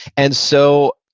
and so,